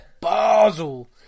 Basel